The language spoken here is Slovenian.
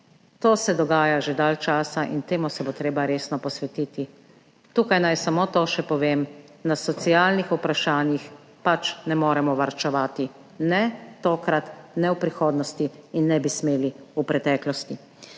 to se dogaja že dalj časa in temu se bo treba resno posvetiti. Tukaj naj povem samo še to, na socialnih vprašanjih ne moremo varčevati, ne tokrat, ne v prihodnosti in ne bi smeli v preteklosti.